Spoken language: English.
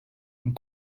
and